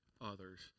others